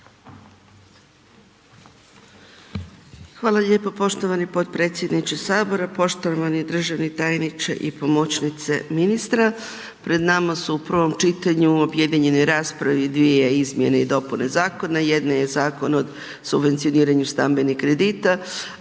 Hvala lijepo poštovani potpredsjedniče Sabora. Poštovani državni tajniče i pomoćnice ministra. Pred nama su u prvom čitanju objedinjene rasprave i dvije izmjene i dopune zakona. Jedan je Zakon o subvencioniranju stambenih kredita,